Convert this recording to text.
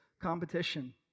competition